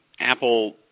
apple